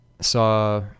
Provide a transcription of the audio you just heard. saw